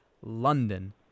London